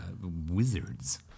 Wizards